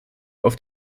auf